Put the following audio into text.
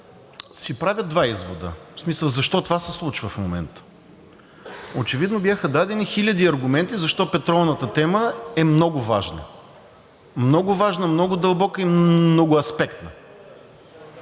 си правя два извода, в смисъл защо това се случва в момента? Очевидно бяха дадени хиляди аргументи защо петролната тема е много важна, много дълбока и много аспектна.